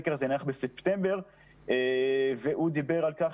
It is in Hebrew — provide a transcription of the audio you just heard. הסקר הזה נערך בספטמבר והוא דיבר על כך